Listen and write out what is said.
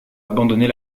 abandonner